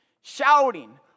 shouting